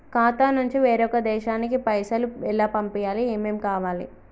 ఖాతా నుంచి వేరొక దేశానికి పైసలు ఎలా పంపియ్యాలి? ఏమేం కావాలి?